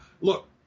look